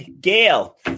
Gail